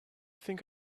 think